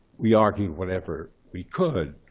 we argued whatever we could.